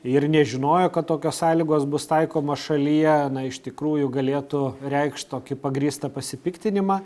ir nežinojo kad tokios sąlygos bus taikomos šalyje iš tikrųjų galėtų reikšt tokį pagrįstą pasipiktinimą